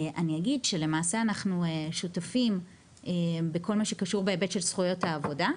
אני אגיד שלמעשה אנחנו שותפים בכל מה שקשור בהיבט של זכויות העבודה,